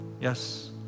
yes